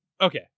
Okay